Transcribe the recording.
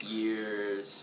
years